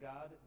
God